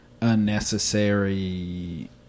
unnecessary